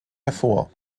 hervor